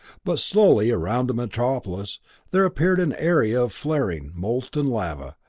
but slowly around the metropolis there appeared an area of flaring, molten lava,